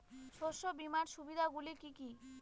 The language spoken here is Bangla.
শস্য বিমার সুবিধাগুলি কি কি?